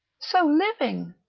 so living,